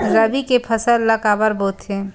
रबी के फसल ला काबर बोथे?